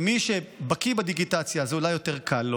למי שבקי בדיגיטציה זה אולי יותר קל,